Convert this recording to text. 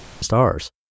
stars